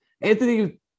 Anthony